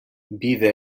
bide